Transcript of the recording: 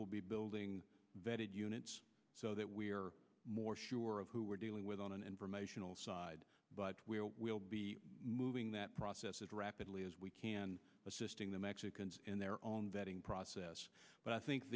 will be building vetted units so that we are more sure of who we're dealing with on an informational side but we'll be moving that process as rapidly as we can assisting the mexicans in their own vetting process but i